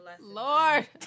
Lord